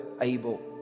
able